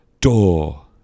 door